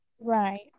Right